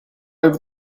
over